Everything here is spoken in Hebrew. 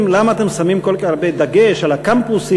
למה אתם שמים כל כך הרבה דגש על הקמפוסים,